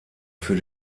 für